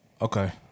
Okay